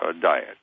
diet